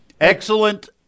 Excellent